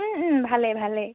ভালে ভালে